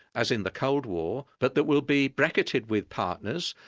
as in the cold war, but that we'll be bracketed with partners,